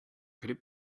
could